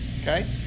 okay